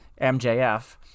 MJF